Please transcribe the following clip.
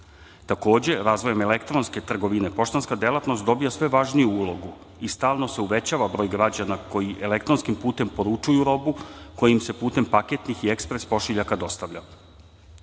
Takođe, razvojem elektronske trgovine, poštanska delatnost dobija sve važniju ulogu i stalno se uvećava broj građana koji elektronskim putem poručuju robu, koja im se putem paketnih i ekspres pošiljaka dostavlja. Prema